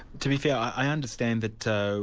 to be fair, i understand that so